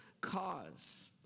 cause